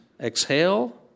exhale